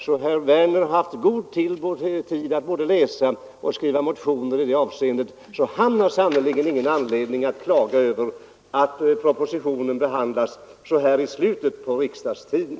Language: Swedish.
Herr Werner har alltså haft god tid på sig både att läsa den och att skriva motioner i anledning av den. Han har således sannerligen ingen anledning att klaga över det förhållandet att propositionen behandlas så här i slutet av sessionstiden.